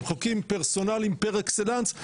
הם חוקים פרסונליים פר אקסלנס,